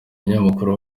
munyamakuru